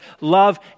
love